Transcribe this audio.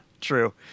True